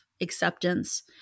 acceptance